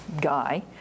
guy